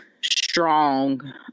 strong